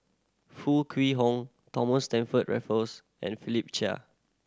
Foo Kwee Horng Thomas Stamford Raffles and Philip Chia